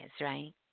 right